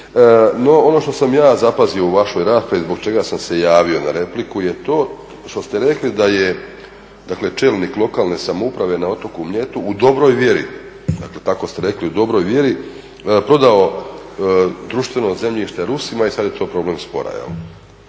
No ono što sam ja zapazio u vašoj raspravi, zbog čega sam se javio na repliku je to što ste rekli da je dakle čelnik lokalne samouprave na otoku Mljetu u dobroj vjeri, dakle tako ste rekli, u dobroj vjeri prodao društveno zemljište Rusima i sada je to problem spora.